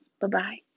Bye-bye